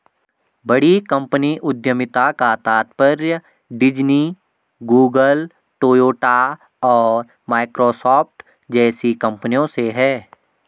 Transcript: बड़ी कंपनी उद्यमिता का तात्पर्य डिज्नी, गूगल, टोयोटा और माइक्रोसॉफ्ट जैसी कंपनियों से है